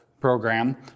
program